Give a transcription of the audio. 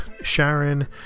Sharon